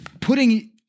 putting